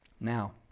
Now